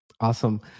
Awesome